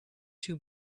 two